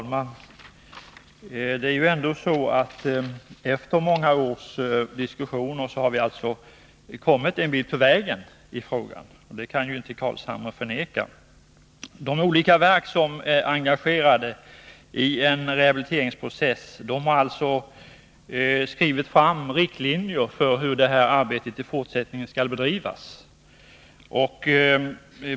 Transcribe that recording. Herr talman! Det är ju ändå så, att vi efter många års diskussioner har kommit en bit på väg i frågan. Det kan inte Nils Carlshamre förneka. De olika verk som är engagerade i en rehabiliteringsprocess har utarbetat riktlinjer för hur arbetet i fortsättningen skall bedrivas.